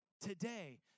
Today